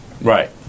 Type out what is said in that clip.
Right